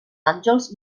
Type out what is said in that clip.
àngels